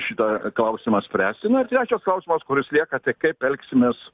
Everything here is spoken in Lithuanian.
šitą klausimą spręsti na ir trečias klausimas kuris lieka tai kaip elgsimės